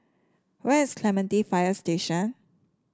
where is Clementi Fire Station